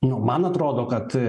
nu man atrodo kad